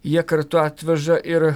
jie kartu atveža ir